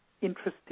interesting